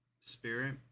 Spirit